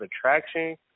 attraction